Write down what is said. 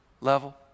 level